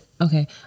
okay